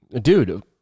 Dude